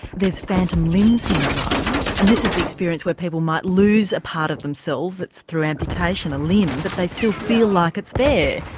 there's phantom limb syndrome, and this is the experience where people might lose a part of themselves through amputation, a limb, but they still feel like it's there.